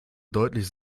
deutlich